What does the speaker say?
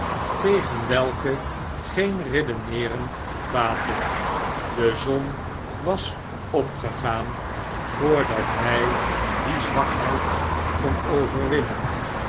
tegen welke geen redeneeren baatte de zon was opgegaan voordat hij die zwakheid kon overwinnen